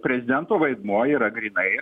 prezidento vaidmuo yra grynai